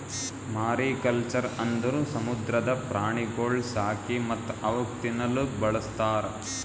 mariculture ಅಂದುರ್ ಸಮುದ್ರದ ಪ್ರಾಣಿಗೊಳ್ ಸಾಕಿ ಮತ್ತ್ ಅವುಕ್ ತಿನ್ನಲೂಕ್ ಬಳಸ್ತಾರ್